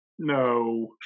No